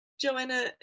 Joanna